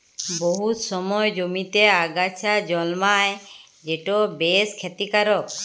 বহুত সময় জমিতে আগাছা জল্মায় যেট বেশ খ্যতিকারক